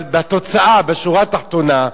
אבל בתוצאה, בשורה התחתונה,